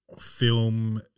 film